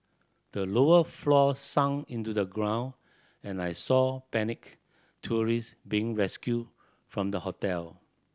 the lower floors sunk into the ground and I saw panicked tourists being rescued from the hotel